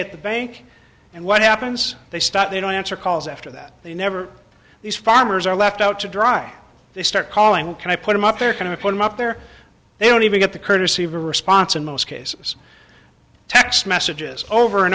at the bank and what happens they start they don't answer calls after that they never these farmers are left out to dry they start calling can i put them up there kind of up there they don't even get the courtesy of a response in most cases text messages over and